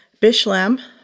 Bishlam